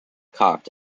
cocked